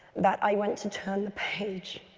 that i went to turn the page.